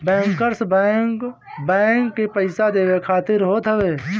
bankers bank, bank के पईसा देवे खातिर होत हवे